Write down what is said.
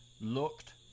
looked